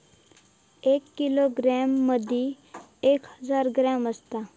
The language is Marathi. एक किलोग्रॅम मदि एक हजार ग्रॅम असात